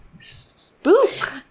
spook